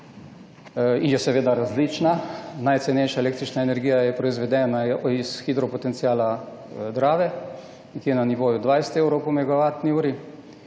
dni. Je seveda različna, najcenejša električna energija je proizvedena iz hidropotenciala Drave in je na nivoju 20 evrov po megavatni uri.